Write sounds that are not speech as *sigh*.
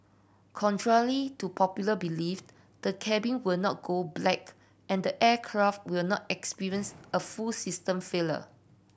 *unintelligible* to popular belief the cabin will not go black and the aircraft will not experience a full system failure